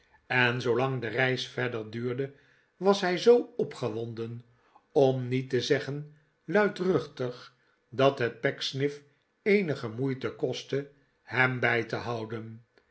en zoolang de reis verder duurde was hij zoo opgewonden om niet te zeggen luidruchtig dat het pecksniff eenige moeite kostte hem bij te houden